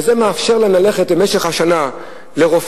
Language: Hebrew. וזה מאפשר להם ללכת במשך השנה לרופאים,